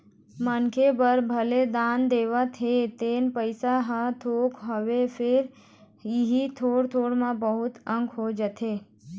मनखे बर भले दान देवत हे तेन पइसा ह थोकन हवय फेर इही थोर थोर म बहुत अकन हो जाथे